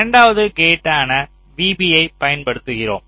இரண்டாவது கேட்டான vB யை பயன்படுத்துகிறோம்